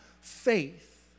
faith